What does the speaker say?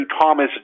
Thomas